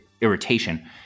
irritation